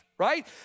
right